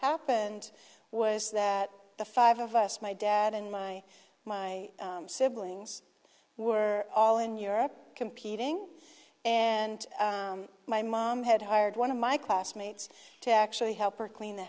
happened was that the five of us my dad and my my siblings were all in europe competing and my mom had hired one of my classmates to actually help her clean the